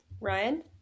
Ryan